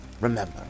remember